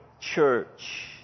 church